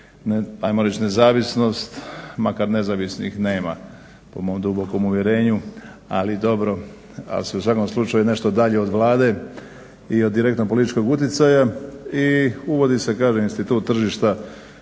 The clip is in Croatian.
ajmo reći nezavisnost, makar nezavisnih nema po mom dubokom uvjerenju, ali dobro, ali su u svakom nešto dalje od Vlade i od direktnog političkog utjecaja i uvodi se kažem institut tržišta